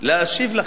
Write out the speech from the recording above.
להשיב לכם.